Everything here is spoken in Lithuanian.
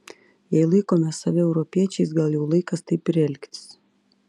jei laikome save europiečiais gal jau laikas taip ir elgtis